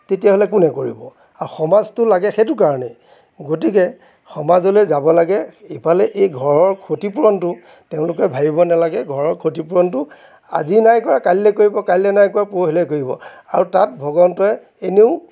তেতিয়াহ'লে কোনে কৰিব আৰু সমাজটো লাগে সেইটো কাৰণেই গতিকে সমাজলৈ যাব লাগে ইফালে এই ঘৰৰ ক্ষতিপূৰণটো তেওঁলোকে ভাবিব নালাগে ঘৰৰ ক্ষতিপূৰণটো আজি নাই কৰা কালিলৈ কৰিব কাইলৈ নাই কৰা পৰহিলৈ কৰিব আৰু তাত ভগৱন্তই এনেও